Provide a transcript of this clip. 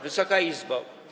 Wysoka Izbo!